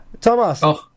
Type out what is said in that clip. Thomas